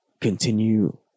continue